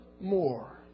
more